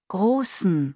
Großen